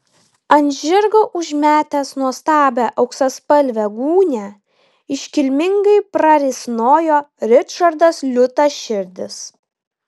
ant žirgo užmetęs nuostabią auksaspalvę gūnią iškilmingai prarisnojo ričardas liūtaširdis